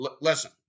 Listen